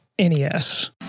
NES